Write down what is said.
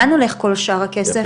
לאן הולך כל שאר הכסף?